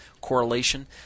correlation